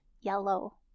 yellow